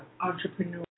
entrepreneur